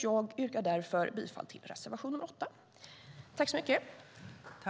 Jag yrkar därför bifall till reservation 8.